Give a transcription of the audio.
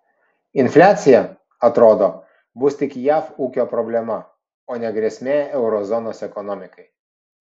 infliacija atrodo bus tik jav ūkio problema o ne grėsmė euro zonos ekonomikai